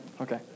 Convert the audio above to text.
Okay